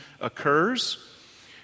occurs